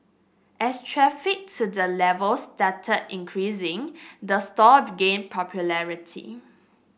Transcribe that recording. as traffic to the level started increasing the store begin popularity